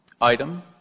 item